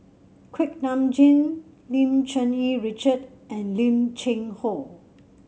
Kuak Nam Jin Lim Cherng Yih Richard and Lim Cheng Hoe